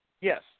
Yes